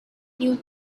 knew